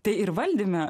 tai ir valdyme